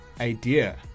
idea